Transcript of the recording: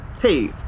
Hey